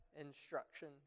instruction